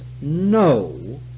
no